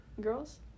girls